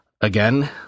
again